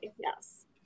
Yes